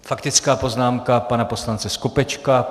Faktická poznámka pana poslance Skopečka.